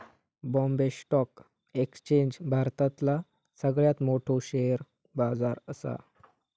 Bombay stock exchange भारतातला सगळ्यात मोठो शेअर बाजार असा